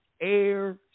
air